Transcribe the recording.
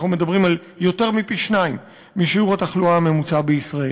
אנחנו מדברים על יותר מפי-שניים משיעור התחלואה הממוצע בישראל.